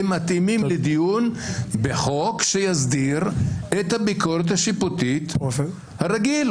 הם מתאימים לדיון בחוק שיסדיר את הביקורת השיפוטית הרגילה,